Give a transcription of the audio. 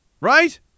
Right